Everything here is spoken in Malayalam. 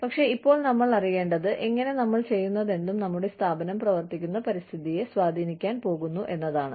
പക്ഷേ ഇപ്പോൾ നമ്മൾ അറിയേണ്ടത് എങ്ങനെ നമ്മൾ ചെയ്യുന്നതെന്തും നമ്മുടെ സ്ഥാപനം പ്രവർത്തിക്കുന്ന പരിസ്ഥിതിയെ സ്വാധീനിക്കാൻ പോകുന്നു എന്നതാണ്